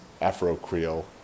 Afro-Creole